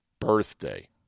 birthday